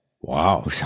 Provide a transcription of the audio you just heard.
Wow